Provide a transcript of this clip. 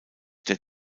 der